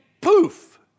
poof